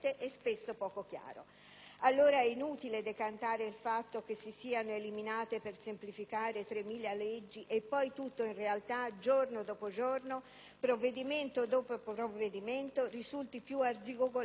Allora è inutile decantare il fatto che si siano eliminate, per semplificare, 3.000 leggi e poi tutto in realtà, giorno dopo giorno, provvedimento dopo provvedimento, risulti più arzigogolato e confuso di prima.